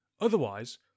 Otherwise